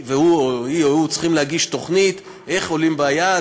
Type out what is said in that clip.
והיא או הוא צריכים להגיש תוכנית איך עולים ביעד,